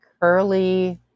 curly